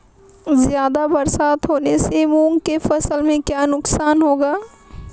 ज़्यादा बरसात होने से मूंग की फसल में क्या नुकसान होगा?